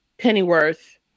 Pennyworth